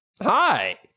hi